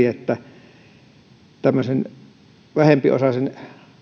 että saataisiin jokin ratkaisu aikaan kun tämmöisellä vähempiosaisella